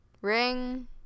Ring